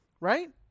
Right